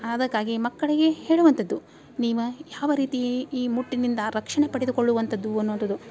ಅದಕ್ಕಾಗಿ ಮಕ್ಕಳಿಗೆ ಹೇಳುವಂಥದ್ದು ನೀವು ಯಾವ ರೀತಿ ಈ ಮುಟ್ಟಿನಿಂದ ರಕ್ಷಣೆ ಪಡೆದುಕೊಳ್ಳುವಂಥದ್ದು ಅನ್ನೋವಂಥದು